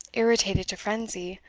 irritated to frenzy,